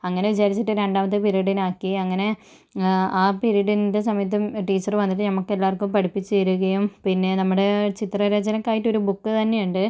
അങ്ങനെ വിചാരിച്ചിട്ട് രണ്ടാമത്തെ പീരീഡിനാക്കി അങ്ങനെ ആ പീരീഡിൻ്റെ സമയത്തും ടീച്ചറ് വന്നിട്ട് ഞമ്മക്ക് എല്ലാവർക്കും പഠിപ്പിച്ചു തരികയും പിന്നെ നമ്മുടെ ചിത്ര രചനക്കായിട്ടൊരു ബുക്ക് തന്നെയുണ്ട്